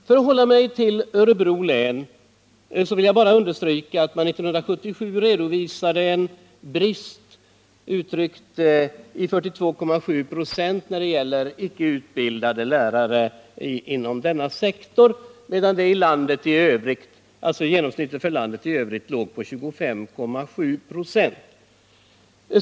För att hålla mig till Örebro län vill jag bara understryka, att man 1977 redovisade en brist på 42,7 96 när det gäller utbildade lärare inom den aktuella sektorn medan bristen i iandet i övrigt genomsnittligt uppgick till 25,7 96.